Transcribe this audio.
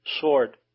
sword